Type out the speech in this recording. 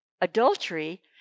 adultery